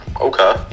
okay